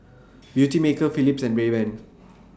Beautymaker Philips and Rayban